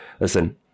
Listen